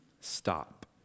stop